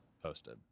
posted